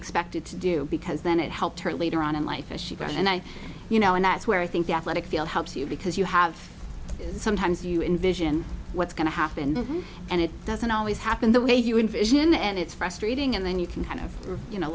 expected to do because then it helped her later on in life as she grows and i you know and that's where i think the athletic field helps you because you have sometimes you envision what's going to happen and it doesn't always happen the way you envision and it's frustrating and then you can kind of you know